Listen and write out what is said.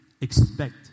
expect